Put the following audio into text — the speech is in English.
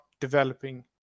developing